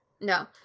No